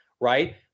Right